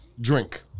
drink